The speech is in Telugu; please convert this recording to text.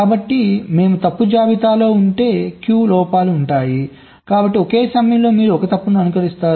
కాబట్టి మేము తప్పు జాబితాలో ఉంటే q లోపాలు ఉంటాయి కాబట్టి ఒక సమయంలో మీరు 1 తప్పును అనుకరిస్తున్నారు